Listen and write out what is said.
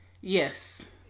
Yes